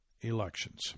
elections